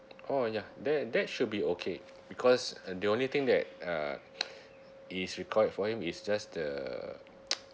orh ya that that should be okay because uh the only thing that uh is required for him is just the